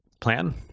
plan